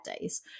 days